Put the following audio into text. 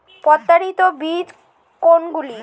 প্রত্যায়িত বীজ কোনগুলি?